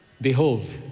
Behold